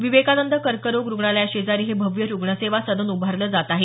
विवेकानंद कर्करोग रुग्णालया शेजारी हे भव्य रुग्णसेवा सदन उभारलं जात आहे